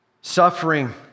Suffering